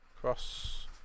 Cross